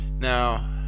Now